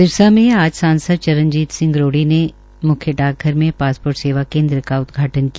सिरसा में आज सांसद चरणजीत सिंह रोड़ी ने म्ख्य डाकघर में पासपोर्ट सेवा केन्द्र का उदघाटन किया